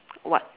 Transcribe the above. what